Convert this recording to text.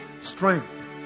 strength